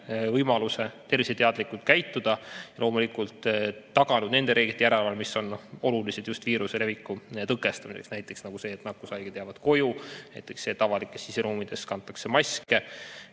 võimaluse terviseteadlikult käituda. Loomulikult oleme taganud nende reeglite järelevalve, mis on olulised just viiruse leviku tõkestamiseks, näiteks see, et nakkushaiged jäävad koju, avalikes siseruumides kantakse maske,